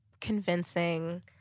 convincing